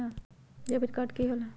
Debit card की होला?